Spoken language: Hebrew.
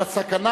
לסכנה